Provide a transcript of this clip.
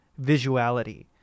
visuality